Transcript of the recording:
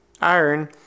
iron